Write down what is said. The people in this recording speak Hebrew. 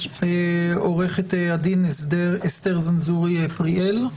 עו"ד אסתר זנזורי-פריאל,